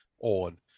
on